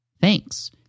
Thanks